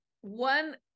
One